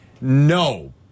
No